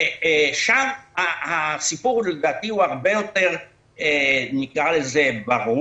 שם הסיפור לדעתי הרבה יותר ברור,